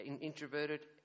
introverted